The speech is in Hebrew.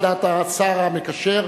על דעת השר המקשר,